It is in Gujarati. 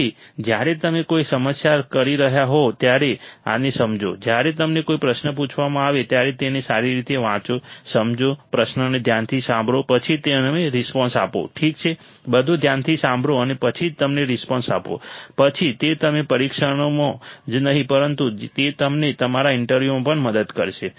તેથી જ્યારે તમે કોઈ સમસ્યા કરી રહ્યા હોવ ત્યારે આને સમજો જ્યારે તમને કોઈ પ્રશ્ન પૂછવામાં આવે ત્યારે તેને સારી રીતે વાંચો સમજો પ્રશ્નને ધ્યાનથી સાંભળો પછી તમે રિસ્પોન્સ આપો ઠીક છે બધું ધ્યાનથી સાંભળો અને પછી જ તમે રિસ્પોન્સ આપો પછી તે તમને પરીક્ષાઓમાં જ નહીં પરંતુ તે તમને તમારા ઇન્ટરવ્યુમાં પણ મદદ કરશે